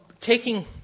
taking